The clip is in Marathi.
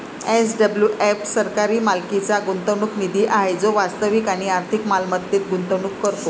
एस.डब्लू.एफ सरकारी मालकीचा गुंतवणूक निधी आहे जो वास्तविक आणि आर्थिक मालमत्तेत गुंतवणूक करतो